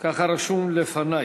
ככה רשום לפני.